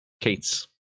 Kate's